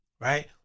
Right